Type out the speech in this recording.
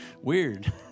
weird